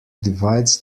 divides